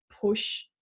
push